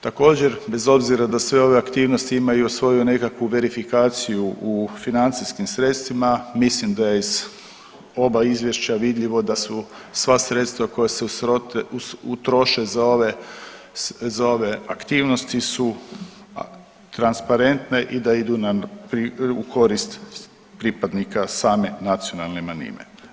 Također bez obzira da sve ove aktivnosti imaju i svoju nekakvu verifikaciju u financijskim sredstvima mislim da je iz oba izvješća vidljivo da su sva sredstva koja se utroše za ove, za ove aktivnosti su transparentna i da da idu nam u koristi pripadnika same nacionalne manjine.